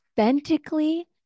authentically